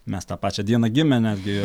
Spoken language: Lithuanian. mes tą pačią dieną gimę netgi